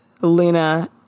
Lena